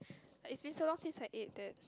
like it's been so long since I ate that